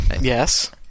Yes